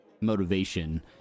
motivation